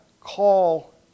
call